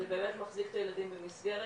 זה באמת מחזיק את הילדים במסגרת,